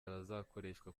azakoresha